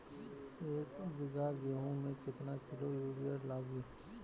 एक बीगहा गेहूं में केतना किलो युरिया लागी?